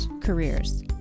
careers